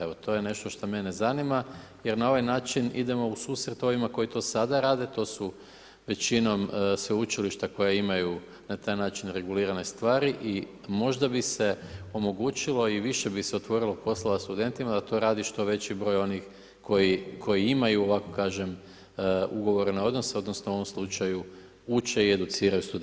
Evo to je nešto što mene zanima jer na ovaj način idemo u susret ovima koji to sada rade, to su većinom sveučilišta koje imaju na taj način regulirane stvari i možda bi se omogućilo i više bi se otvorilo poslova studentima da to radi što veći broj onih koji imaju ovako kažem, ugovorene odnose odnosno u ovom slučaju, uče i educiraju studente.